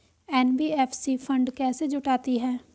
NBFC fund कैसे जुटाती है?